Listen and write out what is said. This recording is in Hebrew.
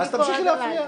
אני פה עד הלילה.